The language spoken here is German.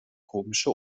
komische